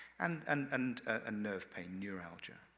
and and and a nerve pain, neuralgia.